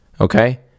Okay